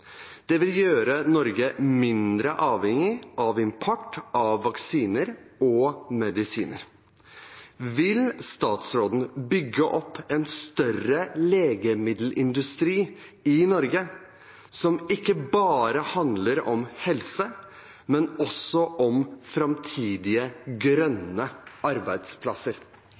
Det vil gjøre Norge mindre avhengig av import av vaksiner og medisiner. Vil statsråden bygge opp en større legemiddelindustri i Norge, som ikke bare handler om helse, men også om fremtidige grønne arbeidsplasser?»